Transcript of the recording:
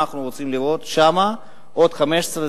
מה אנחנו רוצים לראות שם בעוד 15,